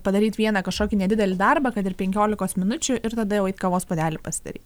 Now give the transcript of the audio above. padaryt vieną kažkokį nedidelį darbą kad ir penkiolikos minučių ir tada jau eit kavos puodelį pasidaryt